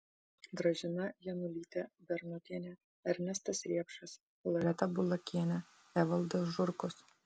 gražina janulytė bernotienė ernestas riepšas loreta bulakienė evaldas žurkus